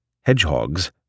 Hedgehogs